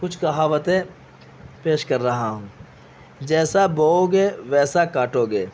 کچھ کہاوتیں پیش کر رہا ہوں جیسا بوؤگے ویسا کاٹوگے